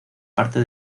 parte